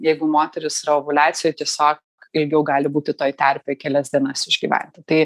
jeigu moteris yra ovuliacijoj tiesiog ilgiau gali būti toj terpėj kelias dienas išgyventi tai